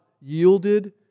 yielded